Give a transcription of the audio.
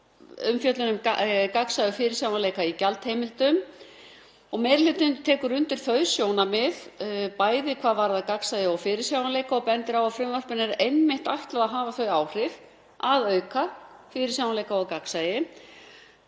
fjallað um gagnsæi og fyrirsjáanleika í gjaldtökuheimildum. Meiri hlutinn tekur undir þau sjónarmið, bæði hvað varðar gagnsæi og fyrirsjáanleika og bendir á að frumvarpinu er einmitt ætlað að hafa þau áhrif að auka fyrirsjáanleika og gagnsæi